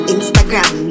Instagram